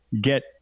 get